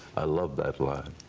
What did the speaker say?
i love that line.